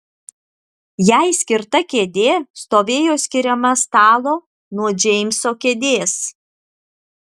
jai skirta kėdė stovėjo skiriama stalo nuo džeimso kėdės